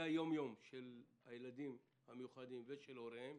היום-יום של הילדים המיוחדים ושל הוריהם